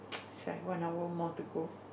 its like one hour more to go